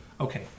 Okay